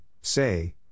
say